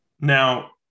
Now